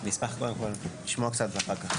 אני אשמח לשמוע קצת ואחר כך.